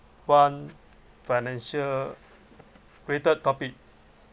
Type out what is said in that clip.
one financial related topic